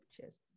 Cheers